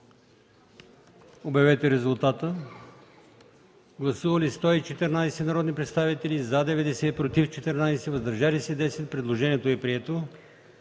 Моля, гласувайте. Гласували 114 народни представители: за 90, против 14, въздържали се 10. Предложението е прието.